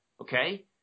Okay